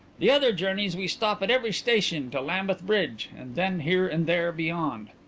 the other journeys we stop at every station to lambeth bridge, and then here and there beyond.